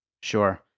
Sure